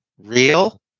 real